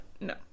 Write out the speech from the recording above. No